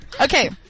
Okay